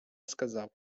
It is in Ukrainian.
сказав